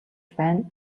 байна